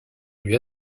lui